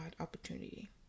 opportunity